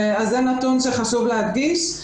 אז זה נתון שחשוב להדגיש.